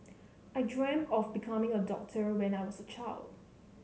I dreamt of becoming a doctor when I was a child